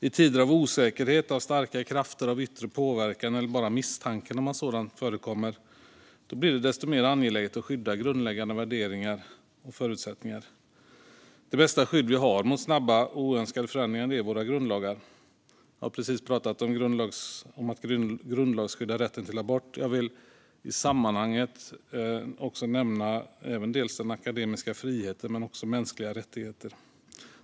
I tider av osäkerhet, av starka krafter och av yttre påverkan, eller bara misstanken om att sådan förekommer, blir det desto mer angeläget att skydda grundläggande värderingar och förutsättningar. Det bästa skydd vi har mot snabba och oönskade förändringar är våra grundlagar. Jag har precis talat om att grundlagsskydda rätten till abort. Jag vill i sammanhanget också nämna den akademiska friheten och mänskliga rättigheter.